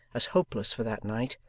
as hopeless for that night,